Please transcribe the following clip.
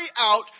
out